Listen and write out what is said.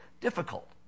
difficult